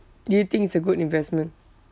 do you think it's a good investment